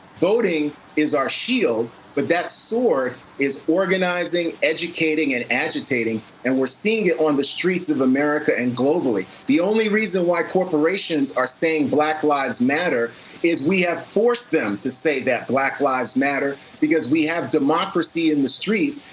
voting is our shield but that sword is organizing, educating and agitating. and we're seeing it on the streets of america, and globally. the only reason why corporations are saying black lives matter is we have forced them to say that black lives matter, because we have democracy in the streets.